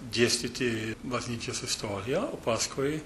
dėstyti bažnyčios istoriją o paskui